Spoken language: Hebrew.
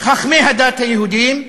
חכמי הדת היהודים,